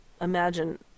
imagine